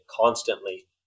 constantly